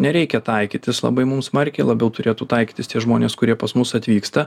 nereikia taikytis labai mum smarkiai labiau turėtų taikytis tie žmonės kurie pas mus atvyksta